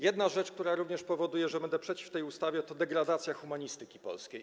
Jedna rzecz, która również powoduje, że będę przeciw tej ustawie, to degradacja humanistyki polskiej.